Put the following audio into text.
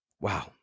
Wow